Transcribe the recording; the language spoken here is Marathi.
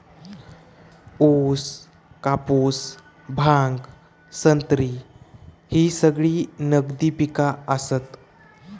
ऊस, कापूस, भांग, संत्री ही सगळी नगदी पिका आसत